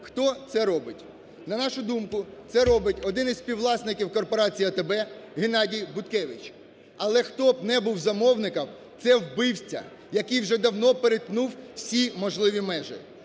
Хто це робить? На нашу думку, це робить один зі співвласників корпорації "АТБ" Геннадій Буткевич. Але хто б не був замовником, це вбивця, який вже давно перетнув всі можливі межі.